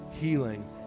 healing